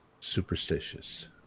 Superstitious